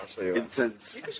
intense